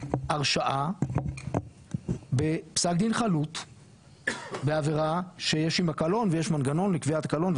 הרשעה בפסק דין חלוט בעבירה שיש עמה קלון ויש מנגנון לקביעת הקלון,